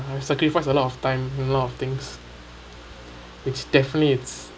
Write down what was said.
I sacrifice a lot of time and a lot of things it's definitely it's